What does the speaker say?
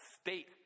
state